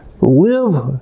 live